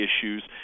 issues